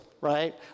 right